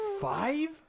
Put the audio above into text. five